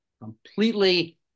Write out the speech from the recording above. completely